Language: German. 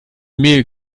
mehl